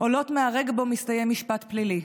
עולות מהרגע שבו מסתיים משפט פלילי.